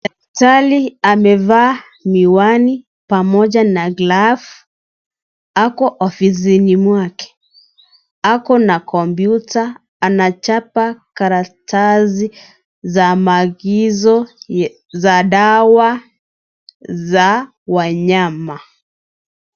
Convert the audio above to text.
Daktari amevaa miwani pamoja na glavu, ako ofisini mwake. Ako na kompyuta anachapa karatasi za maagizo za dawa za wanyama.